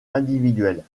individuelle